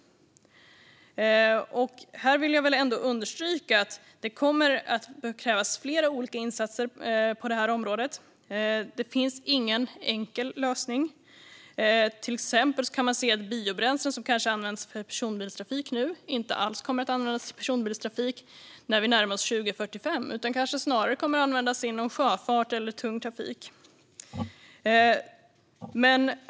Jag vill ändå understryka att det kommer att krävas flera olika insatser på området och att det inte finns någon enkel lösning. Till exempel kan man se att de biobränslen som nu kanske används till personbilstrafik inte alls kommer att användas till personbilstrafik när vi närmar oss 2045; kanske kommer de snarare att användas inom sjöfart eller tung trafik.